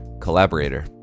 collaborator